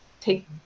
take